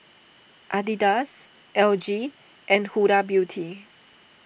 Adidas L G and Huda Beauty